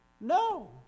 No